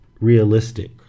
realistic